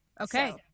okay